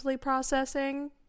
processing